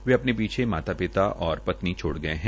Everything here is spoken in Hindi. वे अपने पीछे माता पिता और पत्नी छोड गये है